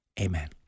Amen